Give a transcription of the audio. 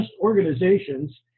organizations